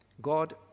God